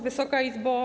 Wysoka Izbo!